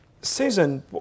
Susan